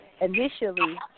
initially